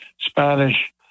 Spanish